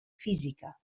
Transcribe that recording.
física